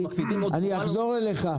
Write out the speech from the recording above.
אני אחזור אליך.